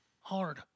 hard